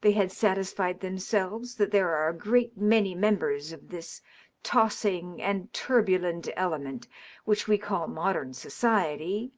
they had satisfied themselves that there are a great many members of this tossing and turbulent element which we call modern society